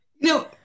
No